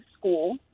school